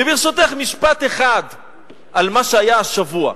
וברשותך, משפט אחד על מה שהיה השבוע.